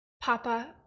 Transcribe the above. Papa